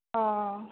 अ